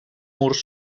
murs